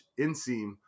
inseam